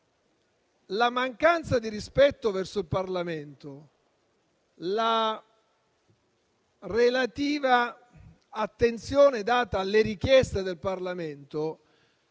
La mancanza di rispetto verso il Parlamento - mi riferisco all'attenzione data alle richieste del Parlamento